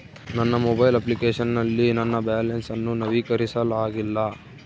ನನ್ನ mobile application ನಲ್ಲಿ ನನ್ನ ಬ್ಯಾಲೆನ್ಸ್ ಅನ್ನು ನವೀಕರಿಸಲಾಗಿಲ್ಲ